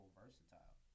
versatile